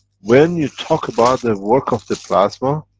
when you talk about the and work of the plasma.